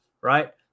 right